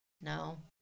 No